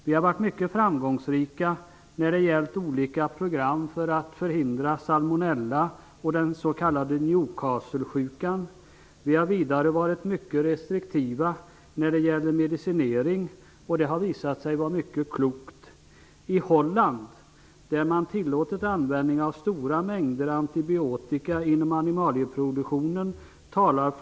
Vi har varit mycket framgångsrika med olika program för att förhindra salmonella och den s.k. Newcastle-sjukan. Vi har vidare varit mycket restriktiva med medicinering, vilket har visat sig vara mycket klokt. I Holland har man tillåtit användning av stora mängder antibiotika inom animalieproduktionen.